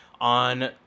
on